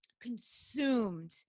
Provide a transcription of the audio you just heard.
consumed